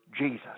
Jesus